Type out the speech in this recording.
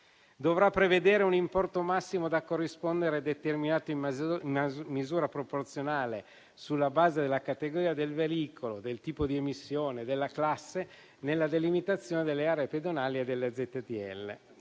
Dovrà prevedere un importo massimo da corrispondere determinato in misura proporzionale, sulla base della categoria del veicolo, del tipo di emissione, della classe, nella delimitazione delle aree pedonali e delle ZTL